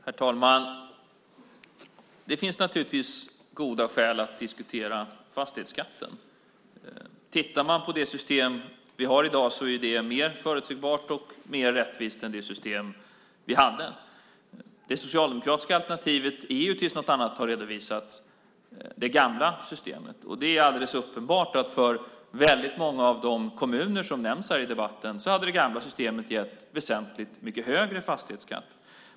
Herr talman! Det finns naturligtvis goda skäl att diskutera fastighetsskatten. Det system som vi har i dag är mer förutsägbart och mer rättvist än det system som vi hade tidigare. Det socialdemokratiska alternativet är tills något annat har redovisats det gamla systemet. Det är alldeles uppenbart att för väldigt många av de kommuner som nämns här i debatten hade det gamla systemet gett väsentligt mycket högre fastighetsskatt.